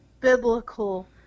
biblical